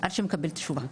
עד שהוא מקבל תשובה?